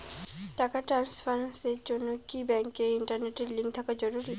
টাকা ট্রানস্ফারস এর জন্য কি ব্যাংকে ইন্টারনেট লিংঙ্ক থাকা জরুরি?